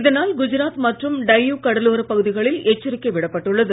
இதனால் குஜராத் மற்றும் டையூ கடலோரப் பகுதிகளில் எச்சரிக்கை விடப்பட்டுள்ளது